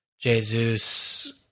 Jesus